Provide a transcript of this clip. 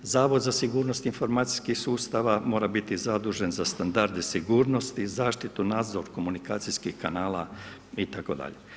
Zavod za sigurnost informacijskih sustava mora biti zadužen za standarde sigurnosti, zaštitu, nadzor komunikacijskih kanala itd.